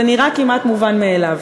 זה נראה כמעט מובן מאליו,